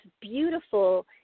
beautiful